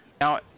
Now